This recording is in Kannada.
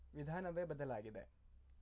ವಿಧಾನವೇ ಬದಲಾಗಿದೆ